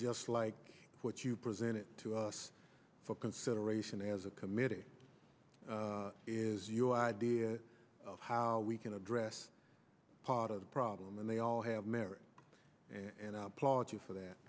just like what you presented to us for consideration as a committee is your idea of how we can address part of the problem and they all have merit and i applaud you for that